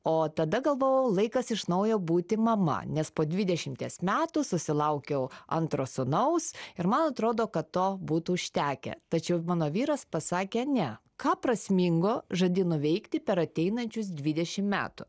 o tada galvojau laikas iš naujo būti mama nes po dvidešimties metų susilaukiau antro sūnaus ir man atrodo kad to būtų užtekę tačiau mano vyras pasakė ne ką prasmingo žadi nuveikti per ateinančius dvidešimt metų